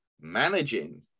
managing